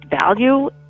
value